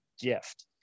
gift